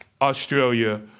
Australia